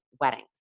weddings